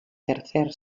tercer